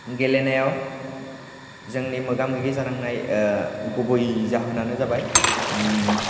गेलेनायाव जोंनि मोगा मोगि जानांनाय गुबै जाहोनानो जाबाय